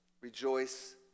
Rejoice